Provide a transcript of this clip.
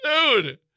Dude